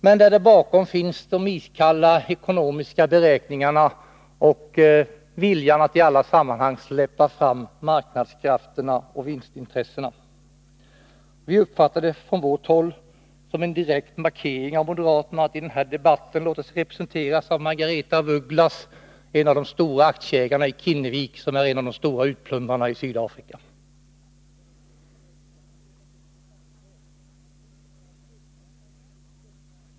Men bakom finns iskalla ekonomiska beräkningar och viljan att i alla sammanhang släppa fram marknadskrafterna och vinstintressena. Vi uppfattar det som en direkt markering från moderaterna att de i den här debatten låter sig representeras av Margaretha af Ugglas, som är en av de stora aktieägarna i Kinnevik, en av de stora utplundrarna i Sydafrika.